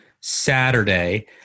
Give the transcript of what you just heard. Saturday